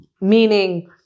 meaning